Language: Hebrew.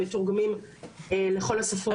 הם מתורגמים לכל השפות.